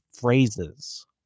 phrases